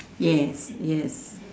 yes yes